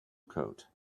coat